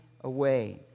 away